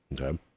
Okay